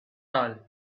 all